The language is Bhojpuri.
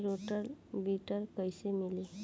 रोटर विडर कईसे मिले?